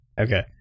okay